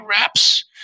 reps